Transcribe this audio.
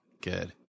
Good